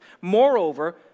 Moreover